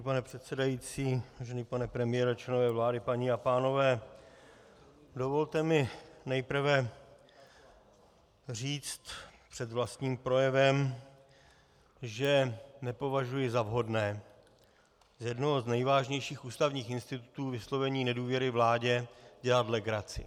Vážený pane předsedající, vážený pane premiére, členové vlády, paní a pánové, dovolte mi nejprve říct před vlastním projevem, že nepovažuji za vhodné si z jednoho z nejvážnějších ústavních institutů, vyslovení nedůvěry vládě, dělat legraci.